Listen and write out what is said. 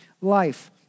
life